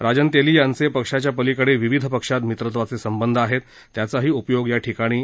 राजन तेली यांचे पक्षाच्या पलीकडे विविध पक्षात मित्रत्वाचे संबंध आहेत त्याचाही उपयोग या ठिकाणी निश्चितपणे येईल